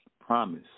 promise